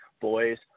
boys